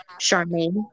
Charmaine